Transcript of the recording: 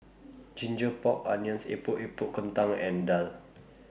Ginger Pork Onions Epok Epok Kentang and Daal